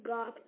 God